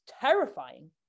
terrifying